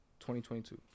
2022